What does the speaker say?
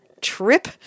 Trip